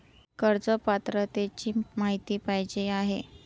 कर्ज पात्रतेची माहिती पाहिजे आहे?